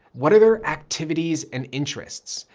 what are their activities and interests?